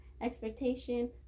expectation